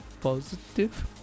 Positive